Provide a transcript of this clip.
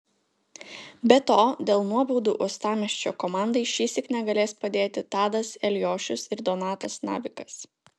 be to dėl nuobaudų uostamiesčio komandai šįsyk negalės padėti tadas eliošius ir donatas navikas